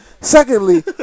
Secondly